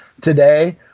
today